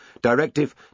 Directive